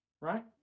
Right